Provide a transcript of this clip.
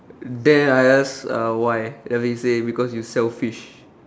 then I ask uh why then after that he say because you selfish